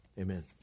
Amen